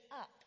up